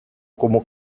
como